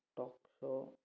talk show